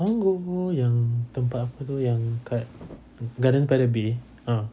I want go yang tempat apa tu yang dekat gardens by the bay ah